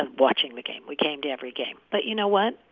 and watching the game. we came to every game. but you know what?